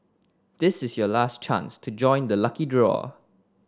this is your last chance to join the lucky draw